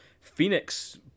Phoenix